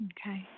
Okay